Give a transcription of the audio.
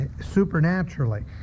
supernaturally